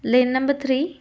lane number three